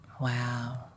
Wow